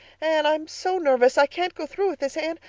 anne i'm so nervous i can't go through with it anne,